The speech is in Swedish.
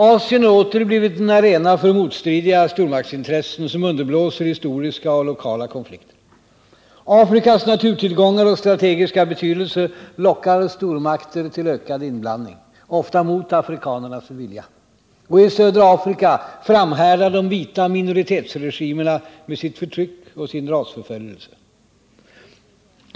Asien har åter blivit en arena för motstridiga stormaktsintressen, som underblåser historiska och lokala konflikter. Afrikas naturtillgångar och strategiska betydelse lockar stormakter till ökad inblandning, ofta mot afrikanernas vilja. Och i södra Afrika framhärdar de vita minoritetsregimerna med sitt förtryck och sin rasförföljelse.